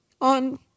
on